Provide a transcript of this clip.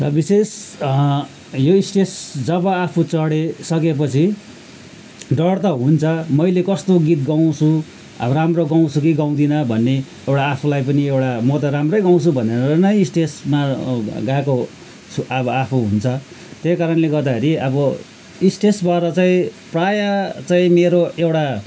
र विशेष यो स्टेज जब आफू चढिसकेपछि डर त हुन्छ मैले कस्तो गीत गाउँछु अब राम्रो गाउँछु कि गाउँदिनँ भन्ने एउटा आफूलाई पनि एउटा म त राम्रै गाउँछु भनेर नै स्टेजमा गएको छु अब आफू हुन्छ त्यही कारणले गर्दाखेरि अब स्टेजबाट चाहिँ प्रायः चाहिँ मेरो एउटा